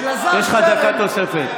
יש לך תוספת של דקה.